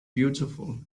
beautiful